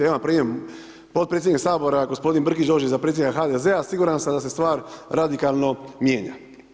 Evo npr. potpredsjednik Sabora gospodin Brkić dođe za predsjednika HDZ-a siguran sam da se stvar radikalno mijenja.